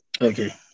Okay